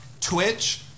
Twitch